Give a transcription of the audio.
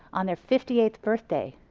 on their fifty eighth birthday,